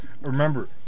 Remember